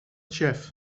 jef